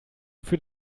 für